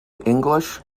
english